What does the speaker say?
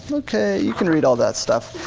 so okay, you can read all that stuff.